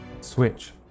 switch